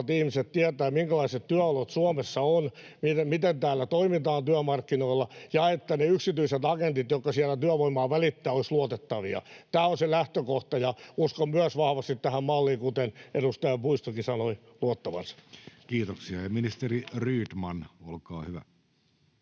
ihmiset tietävät, minkälaiset työolot Suomessa on, miten täällä toimitaan työmarkkinoilla, ja että ne yksityiset agentit, jotka siellä työvoimaa välittävät, olisivat luotettavia. Tämä on se lähtökohta, ja uskon myös vahvasti tähän malliin, kuten edustaja Puistokin sanoi luottavansa. [Speech 402] Speaker: Jussi Halla-aho